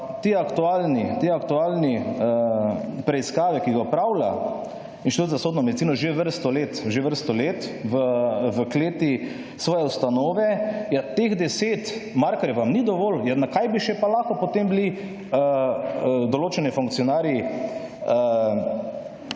ti aktualni preiskave, ki ga opravlja Inštitut za sodno medicino že vrsto let v kleti svoje ustanove, ja teh 10 markerjev vam ni dovolj, ja na kaj bi pa še lahko potem bili določeni funkcionarji,